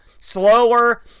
slower